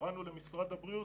קראנו למשרד הבריאות,